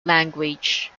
language